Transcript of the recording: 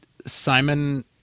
Simon